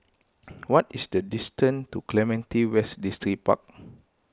what is the distance to Clementi West Distripark